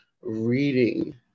reading